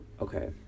Okay